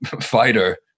fighter